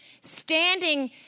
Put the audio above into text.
standing